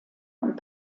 und